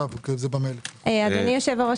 אדוני היו"ר,